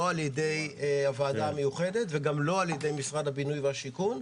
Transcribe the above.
לא על-ידי הוועדה המיוחדת וגם לא על-ידי משרד הבינוי והשיכון.